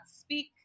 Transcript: speak